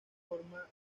forma